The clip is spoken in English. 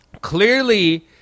clearly